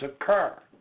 occur